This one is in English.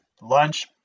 lunch